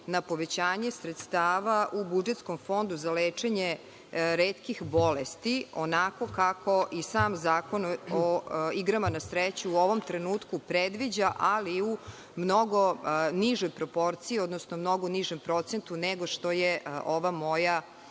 na povećanje sredstava u budžetskom fondu za lečenje retkih bolesti, onako kako i sam Zakon o igrama na sreću u ovom trenutku predviđa, ali u mnogo nižoj proporciji, odnosno mnogo nižem procentu nego što je ova moja